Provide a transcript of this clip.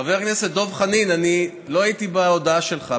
חבר הכנסת דב חנין, אני לא הייתי בהודעה שלך.